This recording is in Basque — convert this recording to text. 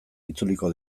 itzuliko